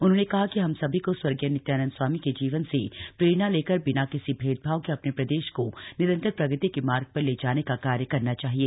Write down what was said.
उन्होंने कहा कि हम सभी को स्वर्गीय नित्यानंद स्वामी के जीवन से प्रेरणा लेकर बिना किसी भेदभाव के अपने प्रदेश को निरंतर प्रगति के मार्ग ले जाने का कार्य करना चाहिए